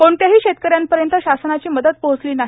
कोणत्याही शेतकऱ्यांपर्यंत शासनाची मदत पोहचली नाही